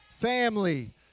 family